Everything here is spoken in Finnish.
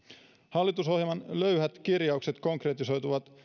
hallitusohjelman löyhät kirjaukset konkretisoituvat